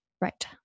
right